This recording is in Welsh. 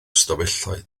ystafelloedd